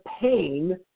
pain